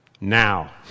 Now